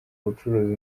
ubucuruzi